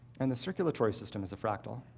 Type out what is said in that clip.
and the circulatory system is a fractal.